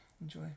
Enjoy